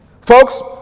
Folks